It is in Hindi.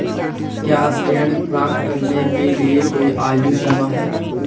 क्या ऋण प्राप्त करने के लिए कोई आयु सीमा है?